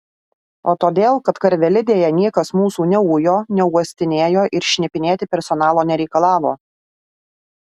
o todėl kad karvelidėje niekas mūsų neujo neuostinėjo ir šnipinėti personalo nereikalavo